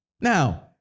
Now